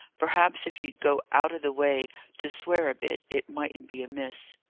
perhaps if you'd go out of the way to swear a bit, it mightn't be amiss.